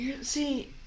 See